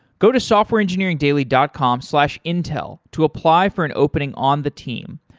go to softwareengineeringdaily dot com slash intel to apply for an opening on the team.